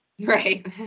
right